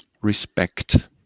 Respect